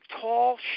tall